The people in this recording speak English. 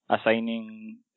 assigning